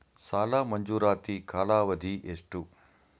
ಸಾಲ ಮಂಜೂರಾತಿ ಕಾಲಾವಧಿ ಎಷ್ಟು?